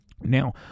Now